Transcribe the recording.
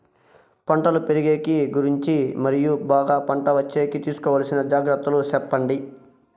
పంటలు పెరిగేకి గురించి మరియు బాగా పంట వచ్చేకి తీసుకోవాల్సిన జాగ్రత్త లు సెప్పండి?